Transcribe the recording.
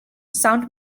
sound